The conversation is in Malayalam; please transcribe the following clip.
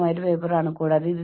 അത് അവരുടെ സമ്മർദ്ദം കുറയ്ക്കും